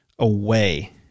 Away